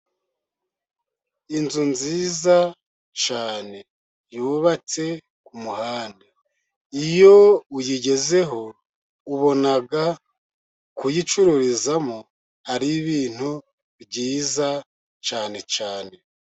Inzu nziza cyane yubatse umuhanda. Iyo uyigezeho ubona kuyicururizamo ari ibintu byiza cyane.